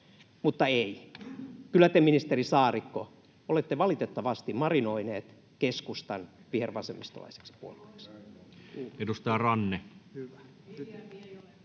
mutta ei. Kyllä, te, ministeri Saarikko, olette valitettavasti marinoinut keskustan vihervasemmistolaiseksi puolueeksi. [Speech 67]